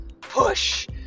push